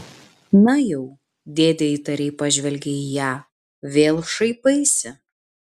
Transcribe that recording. na jau dėdė įtariai pažvelgė į ją vėl šaipaisi